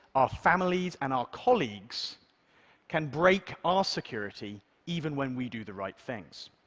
our families and our colleagues can break our security even when we do the right things.